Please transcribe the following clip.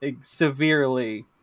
severely